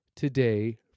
Today